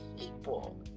people